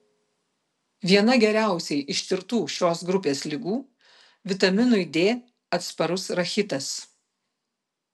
viena geriausiai ištirtų šios grupės ligų vitaminui d atsparus rachitas